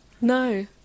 No